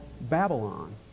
Babylon